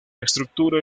estructura